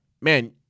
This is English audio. man